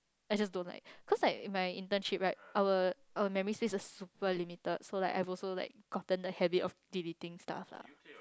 I just don't like cause like my internship right our our memory space is super limited so like I've also like gotten the habit of deleting stuff lah